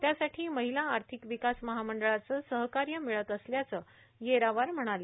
त्यासाठी महिला आर्थिक विकास महामंडळाचे सहकार्य मिळत असल्याचं येरावार म्हणाले